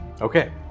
Okay